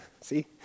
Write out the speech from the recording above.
See